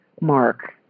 mark